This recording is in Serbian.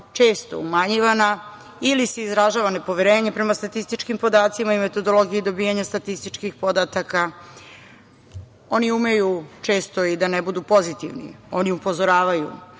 često umanjivana ili se izražava nepoverenje prema statističkim podacima i metodologiji dobijanja statističkih podataka. Oni umeju često i da ne budu pozitivni. Oni upozoravaju,